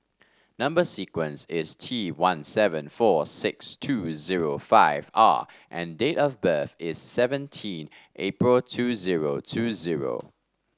number sequence is T one seven four six two zero five R and date of birth is seventeen April two zero two zero